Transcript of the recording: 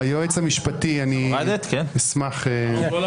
היועץ המשפטי, אני אשמח.